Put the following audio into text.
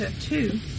two